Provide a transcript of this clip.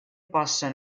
passa